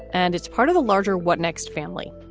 and it's part of a larger what next family.